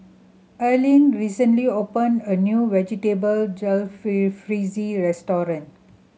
Arlen recently opened a new Vegetable Jalfrezi Restaurant